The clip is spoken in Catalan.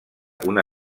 una